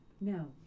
No